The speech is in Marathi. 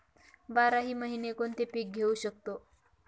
बाराही महिने कोणते पीक घेवू शकतो?